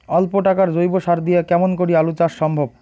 অল্প টাকার জৈব সার দিয়া কেমন করি আলু চাষ সম্ভব?